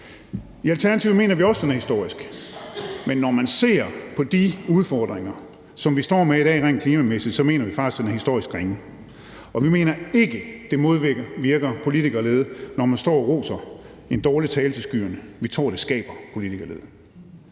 I Alternativet mener vi også, at den er historisk, men når man ser på de udfordringer, som vi står med i dag rent klimamæssigt, så mener vi faktisk, at den er historisk ringe, og vi mener ikke, at det modvirker politikerlede, når man står og roser en dårlig aftale til skyerne. Vi tror, det skaber politikerlede.